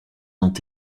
ont